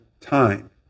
time